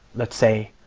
let's say,